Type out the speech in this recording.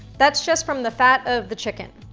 that's just from the fat of the chicken.